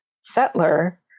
settler